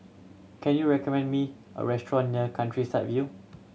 can you recommend me a restaurant near Countryside View